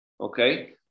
Okay